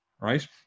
right